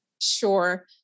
Sure